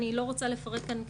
אני לא רוצה לפרט כאן,